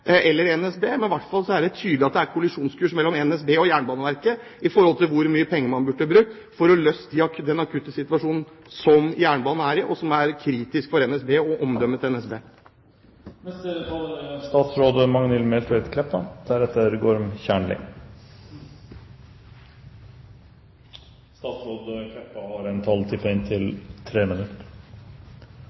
eller NSB? Det er i hvert fall tydelig at det er kollisjonskurs mellom NSB og Jernbaneverket når det gjelder hvor mye penger man burde bruke for å løse den akutte situasjonen som jernbanen er i, og som er kritisk for NSB og omdømmet til NSB. Eg er